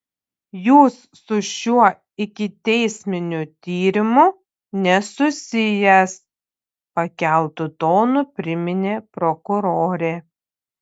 jūs su šiuo ikiteisminiu tyrimu nesusijęs pakeltu tonu priminė prokurorė